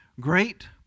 great